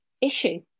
issue